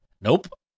Nope